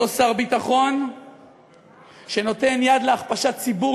אותו שר ביטחון שנותן יד להכפשת ציבור